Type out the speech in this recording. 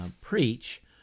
preach